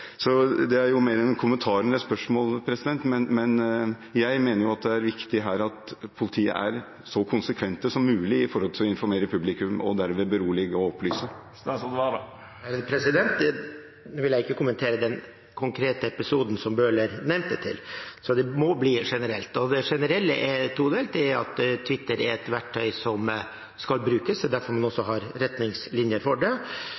Det er mer en kommentar enn et spørsmål, men jeg mener at det her er viktig at politiet er så konsekvente som mulig når det gjelder å informere publikum og dermed berolige og opplyse. Jeg vil ikke kommentere den konkrete episoden som Bøhler nevnte, så det må bli generelt. Det generelle er todelt. Twitter er et verktøy som skal brukes. Det er derfor vi har retningslinjer for det.